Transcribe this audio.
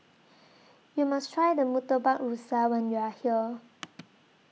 YOU must Try The Murtabak Rusa when YOU Are here